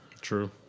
True